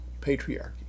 Patriarchy